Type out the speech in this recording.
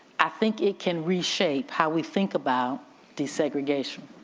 i think it can reshape how we think about desegregation.